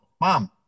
Mom